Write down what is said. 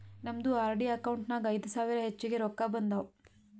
ನಮ್ದು RD account ನಾಗ್ ಐಯ್ದ ಸಾವಿರ ಹೆಚ್ಚಿಗೆ ರೊಕ್ಕಾ ಬಂದಾವ್